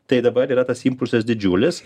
tai dabar yra tas impulsas didžiulis